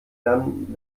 lernen